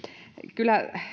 kyllä